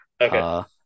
okay